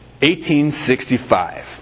1865